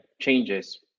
changes